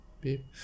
beep